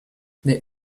they